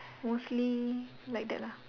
mostly like that lah